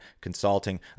consulting